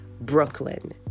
Brooklyn